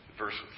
verse